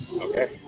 Okay